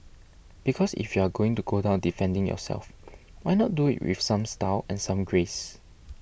because if you are going to go down defending yourself why not do it with some style and some grace